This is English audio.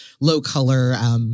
low-color